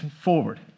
forward